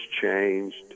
changed